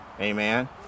Amen